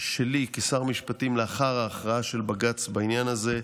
שלי כשר משפטים לאחר ההכרעה של בג"ץ בעניין הזה,